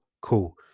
Cool